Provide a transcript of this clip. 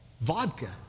Vodka